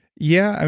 yeah. i